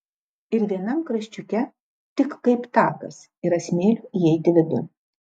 ir vienam kraščiuke tik kaip takas yra smėlio įeiti vidun